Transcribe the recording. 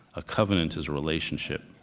a covenant is a relationship,